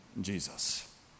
Jesus